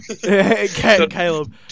Caleb